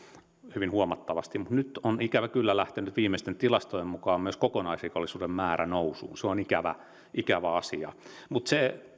hyvin huomattavasti mutta nyt on ikävä kyllä lähtenyt viimeisten tilastojen mukaan myös kokonaisrikollisuuden määrä nousuun se on ikävä ikävä asia